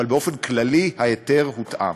אבל באופן כללי ההיתר הותאם.